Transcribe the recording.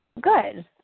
Good